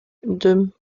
doom